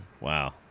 Wow